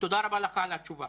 תודה לך על התשובה.